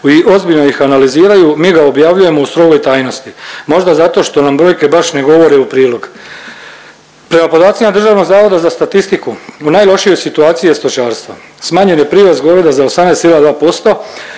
ozbiljno ih analiziraju mi ga objavljujemo u strogoj tajnosti možda zato što nam brojke baš ne govore u prilog. Prema podacima Državnog zavoda za statistiku u najlošijoj situaciji je stočarstvo. Smanjen je prirast goveda za 18,2%,